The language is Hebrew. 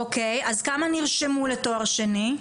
אז כמה נרשמו לתואר שני?